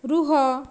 ରୁହ